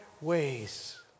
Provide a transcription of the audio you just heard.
Ways